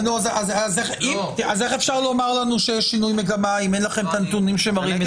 איך אפשר לומר לנו שיש שינוי מגמה אם אין לכם את הנתונים שמראים את זה?